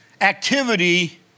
activity